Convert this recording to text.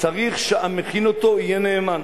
שהמכין אותו יהיה נאמן,